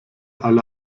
alle